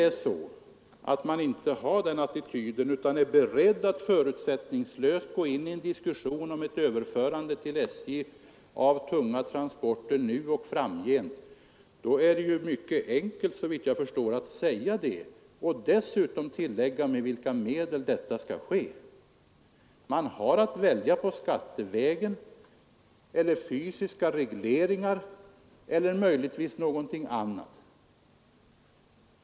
Om man inte intar den attityden utan är beredd att förutsättningslöst diskutera ett överförande till SJ av tunga transporter nu och framgent, är det såvitt jag förstår mycket enkelt att säga det och dessutom tillägga med vilka medel detta skall ske. Man har att välja mellan skatter, fysiska regleringar och möjligtvis någonting annat.